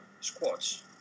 squats